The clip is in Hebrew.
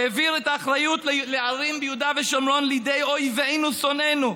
העביר את האחריות לערים ביהודה ושומרון לידי אויבינו ושונאינו.